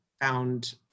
found